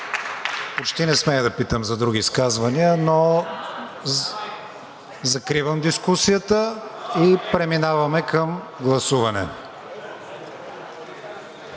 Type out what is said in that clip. Почти не смея да питам за други изказвания, но закривам дискусията и преминаваме към гласуване.